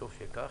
וטוב שכך.